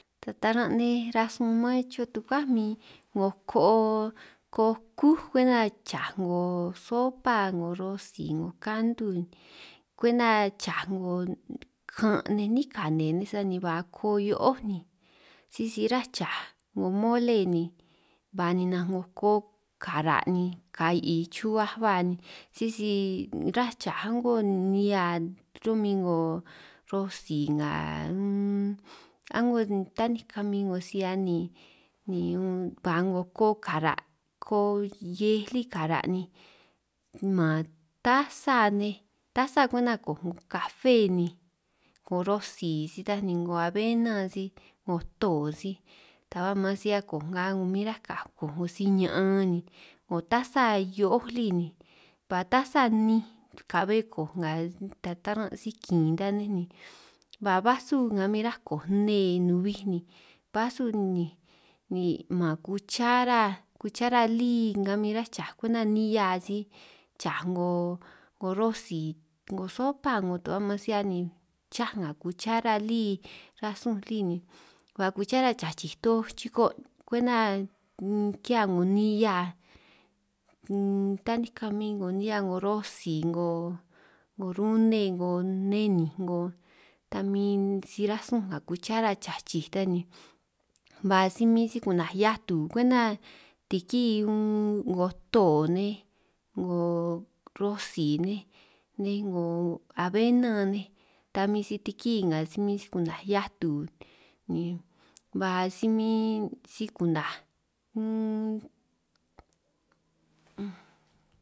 Tara' nej rasun mán chuhua tukuá min 'ngo koo koo kú chaj, 'ngo sopa 'ngo rosi 'ngo kantu kwenta chaj 'ngo kan' nej 'nín kane nej sani ba koo hio'ó ni, sisi rá chaj 'ngo mole ni ba ninanj 'ngo koo kara' ni ka'i chuhuaj ba ni sisi ráj chaj a'ngo nihia ro'min 'ngo rosi nga a'ngo tanej kamin 'ngo si 'hia ni, ba 'ngo koo karan' koo hiej lí kara' ni man tasa nej tasa kwenta kooj 'ngo kafe, 'ngo rosi, si ta ni 'ngo abena, si 'ngo to, si ta ba maan si 'hiaj kooj nga min ráj kooj 'ngo si ñaan ni, 'ngo tasa hio'ó lí ba tasa nninj ka'be koo nga ta taran' si kin ta nej ni, ba basu nga min ráj kooj nne nubij, ni basu ni ni man kuchara kuchara lí nga min ráj chaj kwenta nihia si chaj 'ngo rosi, 'ngo sopa, ta ba maan si 'hia ni chaj nga kuchara lí rasun lí ni, ba kuchara chachij toj chiko kwenta kihia 'ngo nihia taninj kamin 'ngo nihia 'ngo rosi, 'ngo rune, 'ngo neninj, 'ngo ta min si ráj súnj nga kuchara chachij ta ni, ba si min si ku'naj hiatu kwenta tikí unn 'ngo to nej, 'ngo rosi nej nej 'ngo abena nej, ta min si tikí nga si min si ku'naj heatu ni ba si min si ku'naj unn.